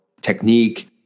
technique